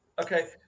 Okay